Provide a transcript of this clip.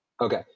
Okay